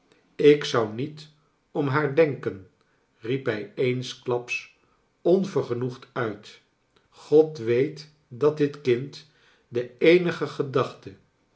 ik zou niet om haar denken riep hij eensklaps onvergenoegd uit god weet dat dit kind de eenige gedachte